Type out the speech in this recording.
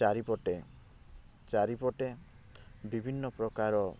ଚାରିପଟେ ଚାରିପଟେ ବିଭିନ୍ନ ପ୍ରକାର